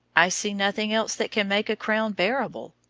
i see nothing else that can make a crown bearable,